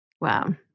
Wow